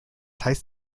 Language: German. heißt